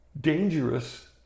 dangerous